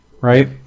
right